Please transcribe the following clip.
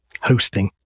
hosting